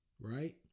Right